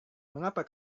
mengapa